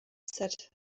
said